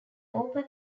open